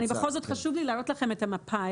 בכל זאת חשוב לי לראות לכם את המפה.